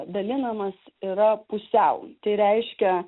dalinamas yra pusiau tai reiškia